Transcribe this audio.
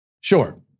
Sure